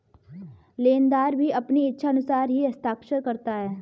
लेनदार भी अपनी इच्छानुसार ही हस्ताक्षर करता है